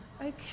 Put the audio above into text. Okay